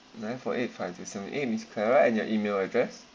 nine four eight five two seven eight miss clara and your email address